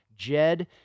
Jed